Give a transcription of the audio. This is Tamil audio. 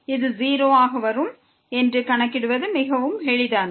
இது 0 ஆக வரும் என்று கணக்கிடுவது மிகவும் எளிதானது